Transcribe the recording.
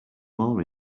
more